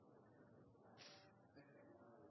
Ja, det er